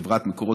לחברת מקורות,